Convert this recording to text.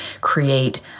create